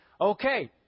okay